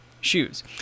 shoes